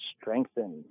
strengthened